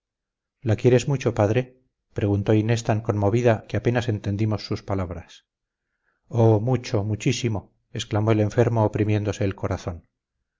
la quieres mucho padre preguntó inés tan conmovida que apenas entendimos sus palabras oh mucho muchísimo exclamó el enfermo oprimiéndose el corazón